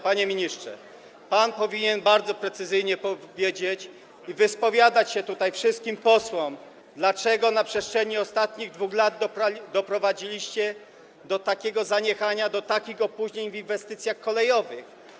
Panie ministrze, pan powinien bardzo precyzyjnie powiedzieć i wyspowiadać się wszystkim posłom, dlaczego na przestrzeni ostatnich 2 lat doprowadziliście do takiego zaniechania, do takich opóźnień w inwestycjach kolejowych.